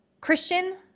Christian